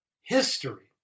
history